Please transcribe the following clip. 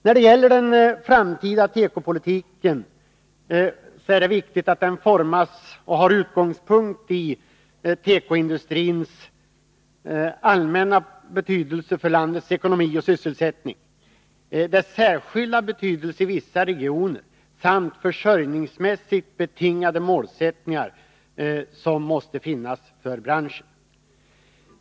När den framtida tekopolitiken formas är det viktigt att den som utgångspunkt har tekoindustrins allmänna betydelse för landets ekonomi och sysselsättning, dess särskilda betydelse i vissa regioner samt de försörjningsmässigt betingade målsättningar för branschen som måste finnas.